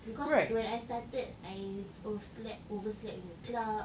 because when I started I o~ slep~ overslept in the club